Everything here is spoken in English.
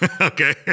Okay